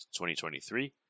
2023